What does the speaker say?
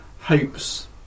hopes